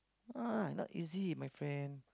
uh not easy my friend